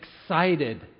excited